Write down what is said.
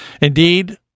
indeed